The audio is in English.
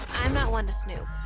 i'm not one to snoop,